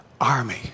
army